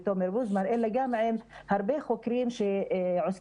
ותומר בוזמן אלא גם עם הרבה חוקרים שעוסקים